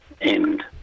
end